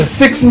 six